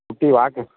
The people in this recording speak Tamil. குட்டி வாக்கு